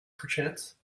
perchance